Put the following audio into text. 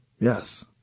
Yes